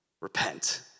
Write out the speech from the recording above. repent